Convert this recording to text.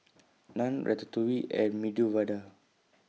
Naan Ratatouille and Medu Vada